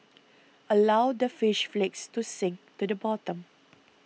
allow the fish flakes to sink to the bottom